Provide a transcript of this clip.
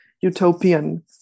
utopian